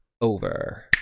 over